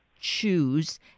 choose